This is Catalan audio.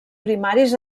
primaris